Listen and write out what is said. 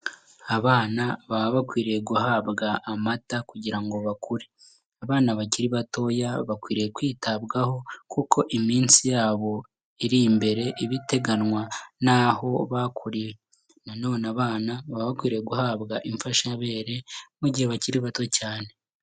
Abana baba bakwiriye guhabwa amata kugira ngo bakure. Abana bakiri batoya, bakwiriye kwitabwaho kuko iminsi yabo iri imbere iba iteganywa n'aho bakuriye. Nanone abana, baba bakwiriye guhabwa imfashabere, mu gihe bakiri bato cyane.